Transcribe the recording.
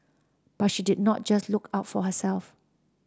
but she did not just look out for herself